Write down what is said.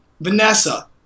Vanessa